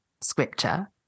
scripture